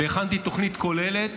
והכנתי תוכנית כוללת,